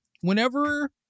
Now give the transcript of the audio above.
whenever